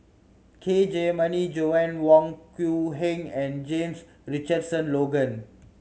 K Jayamani Joanna Wong Quee Heng and James Richardson Logan